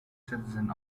citizen